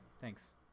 Thanks